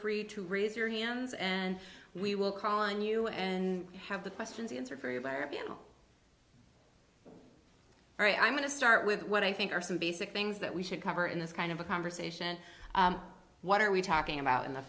free to raise your hands and we will call on you and have the questions answered for you blair pm right i'm going to start with what i think are some basic things that we should cover in this kind of a conversation what are we talking about in the